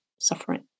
suffering